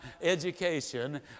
education